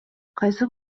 кайсы